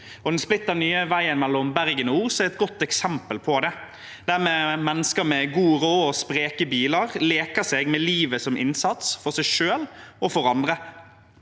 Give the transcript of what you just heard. Den splitter nye veien mellom Bergen og Os er et godt eksempel på det, der mennesker med god råd og spreke biler leker seg med livet som innsats – for seg selv og for andre.